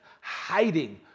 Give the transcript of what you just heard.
hiding